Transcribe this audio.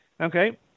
Okay